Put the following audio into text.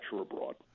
abroad